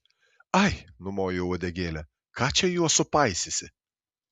ai numoju uodegėle ką čia juos supaisysi